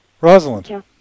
Rosalind